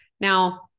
Now